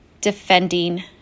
defending